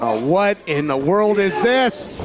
ah what in the world is this?